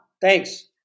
Thanks